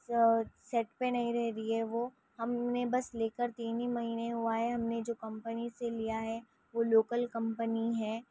set پہ نہیں رہ رہی ہے وہ ہم نے بس لے کر تین ہی مہینے ہوا ہے ہم نے جو کمپنی سے لیا ہے وہ لوکل کمپنی ہے